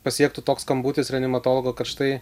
pasiektų toks skambutis reanimatologo kad štai